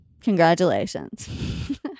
congratulations